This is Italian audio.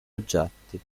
oggetti